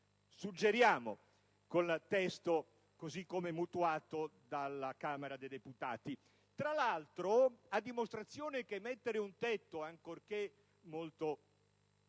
suggerito con riferimento al testo mutuato dalla Camera dei deputati. Tra l'altro, a dimostrazione che mettere un tetto, ancorché molto